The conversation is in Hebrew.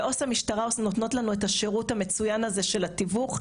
ועו"ס המשטרה נותנות לנו את השירות המצוין הזה של התיווך.